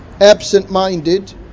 absent-minded